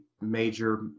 Major